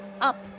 up